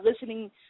listening